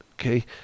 Okay